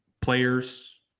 players